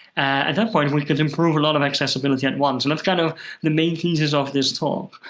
at that point, we could improve a lot of accessibility at once, and that's kind of the main thesis of this talk.